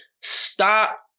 stop